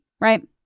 right